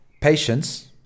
patience